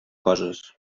coses